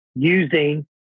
using